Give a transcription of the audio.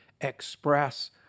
express